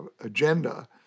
agenda